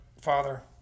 Father